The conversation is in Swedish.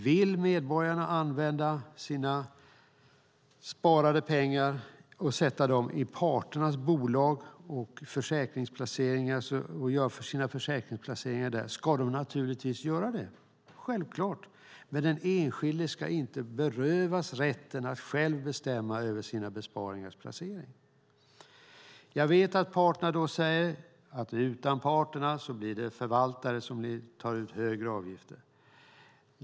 Vill medborgarna använda sina sparade pengar och sätta dem i parternas bolag och göra sina försäkringsplaceringar där ska de naturligtvis göra det - självklart. Men den enskilde ska inte berövas rätten att själv bestämma över sina besparingars placering. Jag vet att parterna då säger: Utan parterna blir det förvaltare som tar ut högre avgifter.